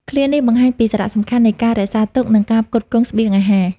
ឃ្លានេះបង្ហាញពីសារៈសំខាន់នៃការរក្សាទុក និងការផ្គត់ផ្គង់ស្បៀងអាហារ ។